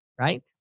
right